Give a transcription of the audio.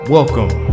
Welcome